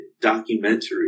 documentary